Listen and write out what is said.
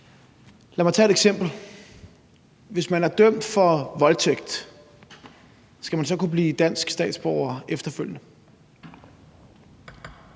Lad mig tage et eksempel: Hvis man er dømt for voldtægt, skal man så kunne blive dansk statsborger efterfølgende?